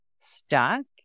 stuck